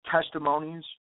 Testimonies